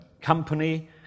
company